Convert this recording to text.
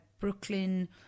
Brooklyn